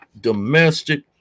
domestic